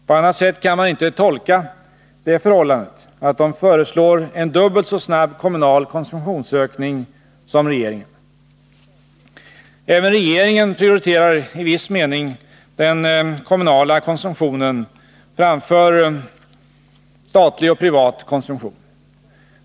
På annat sätt kan man inte tolka det förhållandet att de föreslår en dubbelt så snabb kommunal konsumtionsökning som regeringen. Även regeringen prioriterar i viss mening den kommunala konsumtionen framför statlig och privat konsumtion.